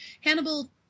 Hannibal